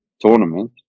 tournament